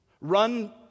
Run